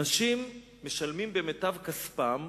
אנשים משלמים במיטב כספם,